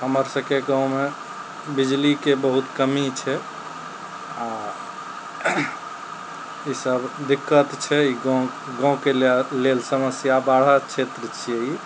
हमर सबके गाँवमे बिजलीके बहुत कमी छै आओर ई सब दिक्कत छै ई गाँव गाँवके लेल समस्या बाढ़क क्षेत्र छियै ई